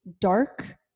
dark